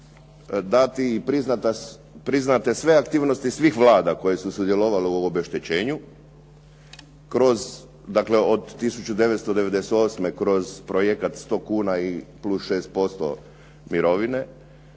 date i priznate sve aktivnosti svih Vlada koje su sudjelovale u obeštećenju od 1998. kroz projekat 100 kuna i plus 6% mirovine,